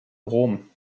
rom